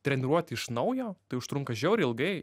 treniruoti iš naujo tai užtrunka žiauriai ilgai